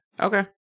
Okay